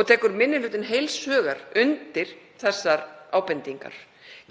og tekur minni hlutinn heils hugar undir þær ábendingar.